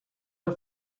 are